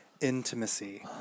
intimacy